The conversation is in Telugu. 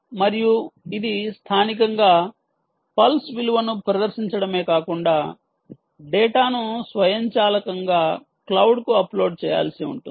మరియు ఇది స్థానికంగా పల్స్ విలువను ప్రదర్శించడమే కాకుండా డేటాను స్వయంచాలకంగా క్లౌడ్కు అప్లోడ్ చేయాల్సి ఉంటుంది